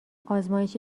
آزمایش